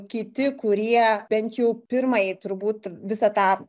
kiti kurie bent jau pirmąjį turbūt visą tą